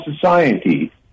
society